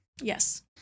Yes